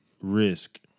risk